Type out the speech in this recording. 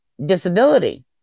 Disability